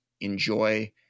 enjoy